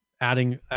adding